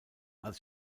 als